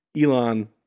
Elon